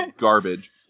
garbage